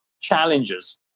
challenges